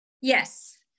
Yes